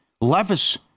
Levis